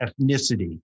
ethnicity